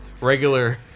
regular